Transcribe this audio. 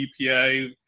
EPA